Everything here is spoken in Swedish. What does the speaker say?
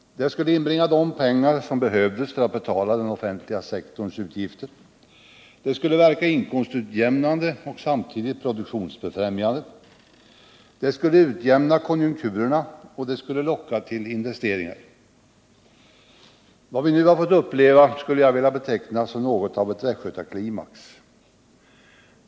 Det skulle inbringa de pengar som behövdes för att betala den offentliga sektorns utgifter, det skulle verka inkomstutjämnande och samtidigt produktionsbefrämjande. Det skulle utjämna konjunkturerna och det skulle locka till investeringar. Vad vi nu har fått uppleva skulle jag vilja beteckna som något av en västgötaklimax.